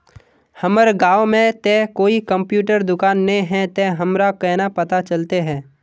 हमर गाँव में ते कोई कंप्यूटर दुकान ने है ते हमरा केना पता चलते है?